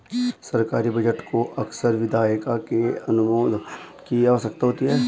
सरकारी बजट को अक्सर विधायिका के अनुमोदन की आवश्यकता होती है